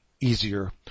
easier